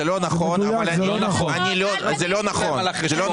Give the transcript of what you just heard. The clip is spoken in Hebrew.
זה לא נכון אבל אני לא טענתי שקיצצתם.